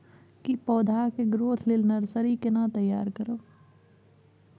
की पौधा के ग्रोथ लेल नर्सरी केना तैयार करब?